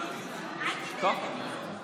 ככה.